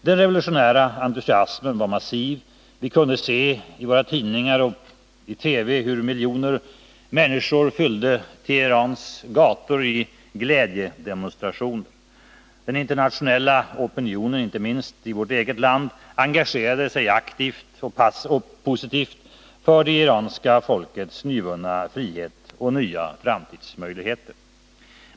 Den revolutionära entusiasmen var massiv. I tidningar och TV kunde vi se hur miljoner människor fyllde Teherans gator under glädjedemonstrationer. Den internationella opinionen, inte minst i vårt eget land, engagerade sig aktivt och positivt för det iranska folkets nyvunna frihet och nya framtidsmöjligheter.